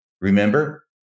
Remember